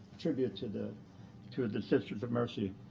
tribute to the to the sisters of mercy.